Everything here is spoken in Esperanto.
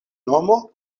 nomo